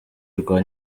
rwa